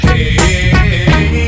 Hey